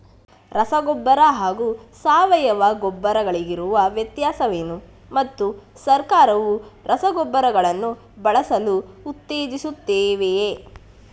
ರಸಗೊಬ್ಬರ ಹಾಗೂ ಸಾವಯವ ಗೊಬ್ಬರ ಗಳಿಗಿರುವ ವ್ಯತ್ಯಾಸವೇನು ಮತ್ತು ಸರ್ಕಾರವು ರಸಗೊಬ್ಬರಗಳನ್ನು ಬಳಸಲು ಉತ್ತೇಜಿಸುತ್ತೆವೆಯೇ?